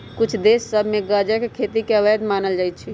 कुछ देश सभ में गजा के खेती के अवैध मानल जाइ छै